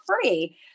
free